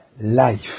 life